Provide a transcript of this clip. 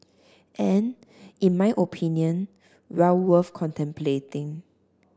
and in my opinion well worth contemplating